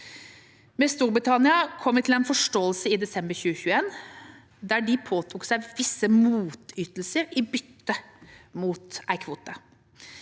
Med Storbritannia kom vi til en forståelse i desember 2021, der de påtok seg visse motytelser i bytte mot en kvote.